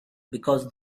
because